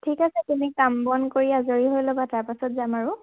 ঠিক আছে তুমি কাম বন কৰি আজৰি হৈ ল'বা তাৰপাছত যাম আৰু